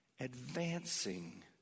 advancing